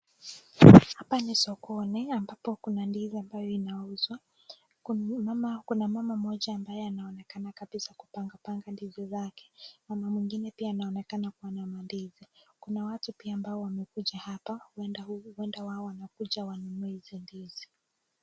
Hapa ni sokoni ambabo kuna ndizi ambayo inauzwa kuna mama moja anaonekana kabisa kupangapanga ndizi zake mama mwingine anaonekana kuwa na mandizi, kuna watu pia wanakuja hapa uenda hawa wanakuja wanunue hizi ndizi.